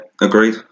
agreed